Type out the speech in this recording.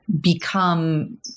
become